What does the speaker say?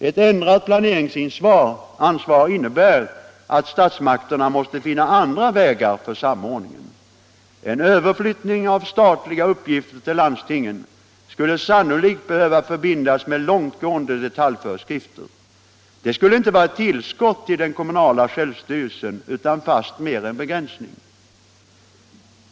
Ett ändrat planeringsansvar innebär att statsmakterna måste finna andra vägar för samordningen. En överflyttning av statliga uppgifter till landstingen skulle sannolikt behöva förbindas med långtgående detaljföreskrifter. Detta skulle inte vara ett tillskott till den kommunala självstyrelsen utan fastmer en begränsning.